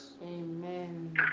Amen